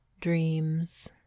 dreams